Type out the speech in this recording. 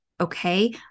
Okay